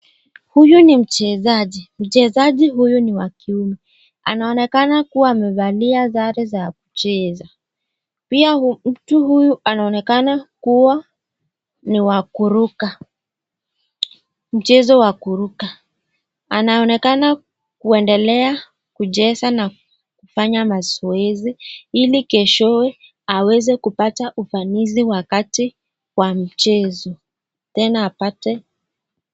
Huyu ni mchezaji , mchezaji huyu ni wa kiume anaonekana kuwa amevalia sare za mchezo, pia mtu huyu anaonekana kuwa ni wa kuruka ,mchezo wa kuruka, anaonekana kuendelea Kucheza na kufanya mazoezi ili keshoye aweze kupata ufanisi wakati wa mchezo tena apate......